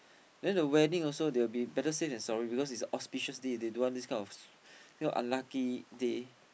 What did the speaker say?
then the wedding also they will be better safe than sorry because it is auspicious day they don't want this kind of unlucky day